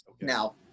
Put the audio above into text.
Now